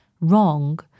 wrong